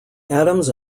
adams